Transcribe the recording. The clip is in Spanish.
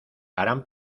harán